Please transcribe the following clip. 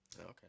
okay